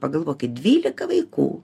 pagalvokit dvylika vaikų